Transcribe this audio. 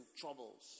troubles